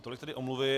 Tolik tedy omluvy.